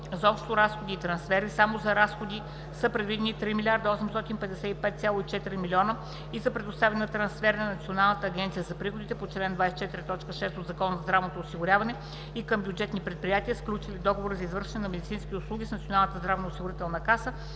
за общо разходи и трансфери само за разходи са предвидени 3 855,4 млн. лв. и за предоставяне на трансфери на Националната агенция за приходите по чл. 24, т. 6 от Закона за здравното осигуряване и към бюджетни предприятия, сключили договори за извършване на медицински услуги с Националната здравноосигурителна каса